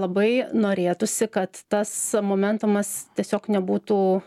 labai norėtųsi kad tas momentumas tiesiog nebūtų